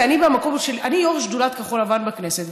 כי אני יו"ר שדולת כחול-לבן בכנסת,